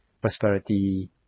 prosperity